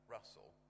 Russell